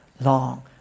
long